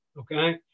Okay